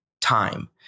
time